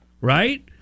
right